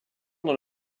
dans